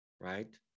right